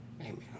amen